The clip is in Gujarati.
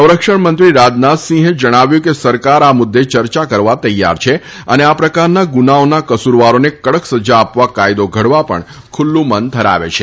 સંરક્ષણ મંત્રી રાજનાથસિંહે જણાવ્યું હતું કે સરકાર આ મુદ્દે ચર્ચા કરવા તૈયાર છે અને આ પ્રકારના ગુનાઓના કસુરવારોને કડક સજા આપવા કાયદો ઘડવા પણ ખુલ્લુ મન ધરાવે છે